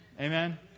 amen